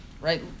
right